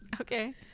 Okay